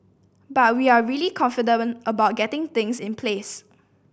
but we're really confident about getting things in place